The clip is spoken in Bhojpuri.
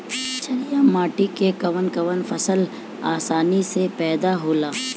छारिया माटी मे कवन कवन फसल आसानी से पैदा होला?